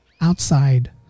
outside